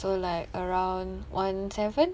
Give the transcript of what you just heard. so like around one seven